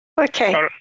Okay